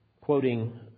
quoting